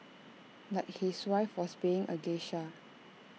like his wife was being A geisha